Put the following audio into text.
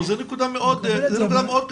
זו נקודה מאוד קשה.